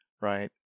right